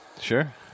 Sure